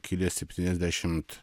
kilęs septyniasdešimt